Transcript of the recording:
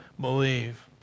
believe